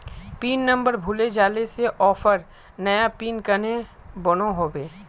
Pin number भूले जाले से ऑफर नया पिन कन्हे बनो होबे?